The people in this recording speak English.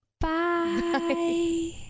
bye